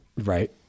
Right